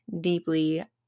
deeply